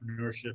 entrepreneurship